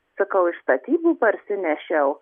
sakau iš statybų parsinešiau